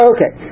Okay